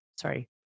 sorry